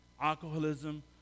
alcoholism